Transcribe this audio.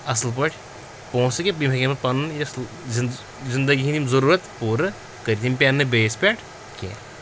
اَصٕل پٲٹھۍ پونٛسہٕ کہِ یِم ہیٚکن بہٕ پَننُن یۄس زِندگی ہِنٛدۍ یِم ضوٚروٗرت پوٗرٕ کٔرِتھ یِم پیٚن نہٕ بیٚیِس پٮ۪ٹھ کیٚنٛہہ